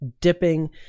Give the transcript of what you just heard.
dipping